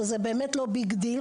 שזה באמת לא ביג דיל,